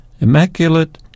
Immaculate